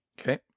Okay